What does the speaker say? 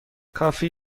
کافی